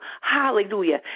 Hallelujah